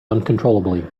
uncontrollably